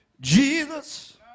Jesus